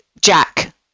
Jack